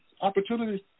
opportunities